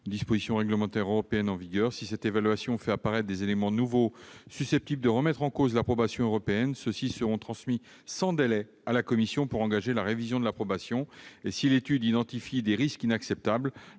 dispositions réglementaires européennes en vigueur, si cette évaluation fait apparaître des éléments nouveaux susceptibles de remettre en cause l'approbation européenne, ceux-ci seront transmis sans délai à la Commission européenne afin que soit engagée la révision de l'approbation. Si l'étude identifie des risques inacceptables,